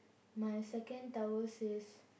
my second tower says